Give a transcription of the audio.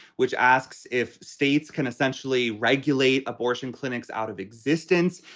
which asks if states can essentially regulate abortion clinics out of existence.